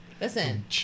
listen